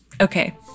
Okay